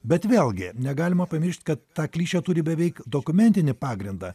bet vėlgi negalima pamiršt kad ta klišė turi beveik dokumentinį pagrindą